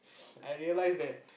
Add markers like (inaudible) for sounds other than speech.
(noise) I realise that (noise)